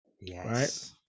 Yes